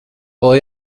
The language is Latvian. vēl